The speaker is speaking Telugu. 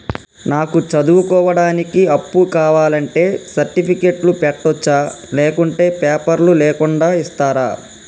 నాకు చదువుకోవడానికి అప్పు కావాలంటే సర్టిఫికెట్లు పెట్టొచ్చా లేకుంటే పేపర్లు లేకుండా ఇస్తరా?